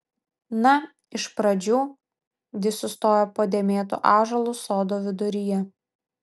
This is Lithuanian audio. na iš pradžių di sustojo po dėmėtu ąžuolu sodo viduryje